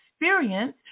experience